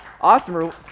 awesome